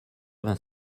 vingt